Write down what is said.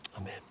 Amen